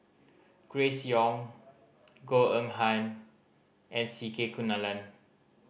Grace Young Goh Eng Han and C Kunalan